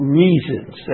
reasons